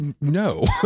No